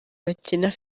bakina